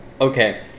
Okay